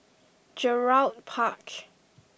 Gerald Park